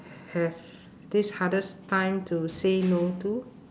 have this hardest time to say no to